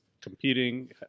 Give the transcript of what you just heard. competing